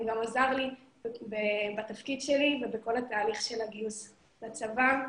זה גם עזרו לי בתפקיד שלי ובכל התהליך של הגיוס לצבא,